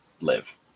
live